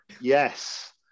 yes